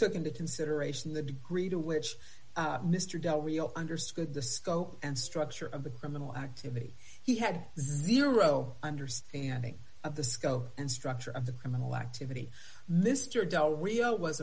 took into consideration the degree to which mr del rio understood the scope and structure of the criminal activity he had zero understanding of the scope and structure of the criminal activity mr del rio was